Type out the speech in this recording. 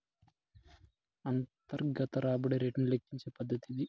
అంతర్గత రాబడి రేటును లెక్కించే పద్దతి ఇది